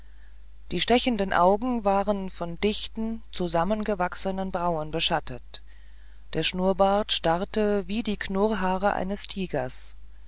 die stechenden augen wurden von dichten zusammengewachsenen brauen beschattet der schnurrbart starrte wie die knurrhaare eines tigers